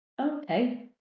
Okay